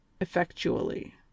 effectually